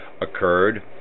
occurred